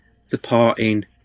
supporting